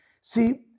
See